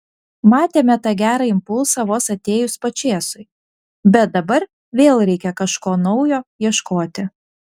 matėme tą gerą impulsą vos atėjus pačėsui bet dabar vėl reikia kažko naujo ieškoti